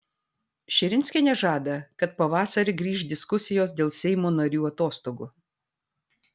širinskienė žada kad pavasarį grįš diskusijos dėl seimo narių atostogų